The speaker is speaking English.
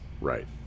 Right